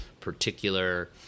particular